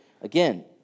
again